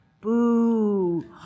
boo